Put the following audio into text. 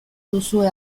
duzue